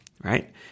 right